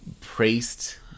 priest